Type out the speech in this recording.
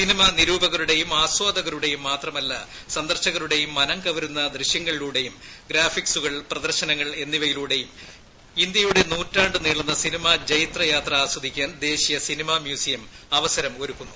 cinema നിരൂപകരുടെയും ആസ്വാദകരുടെയും മാത്രമല്ല സന്ദർശകരുടെയും മനംകവരുന്ന ദൃശ്യങ്ങളിലൂടെയും പ്രദർശനങ്ങൾ എന്നിവയിലൂടെയും ഇന്ത്യയുടെ നൂറ്റാണ്ട് നീളുന്ന സിനിമാ ജൈത്രയാത്ര ആസ്വദിക്കാൻ ദേശീയ സിനിമാ മ്യൂസിയം അവസരം ഒരുക്കുന്നു